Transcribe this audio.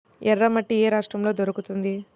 ఎర్రమట్టి ఏ రాష్ట్రంలో దొరుకుతుంది?